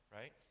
right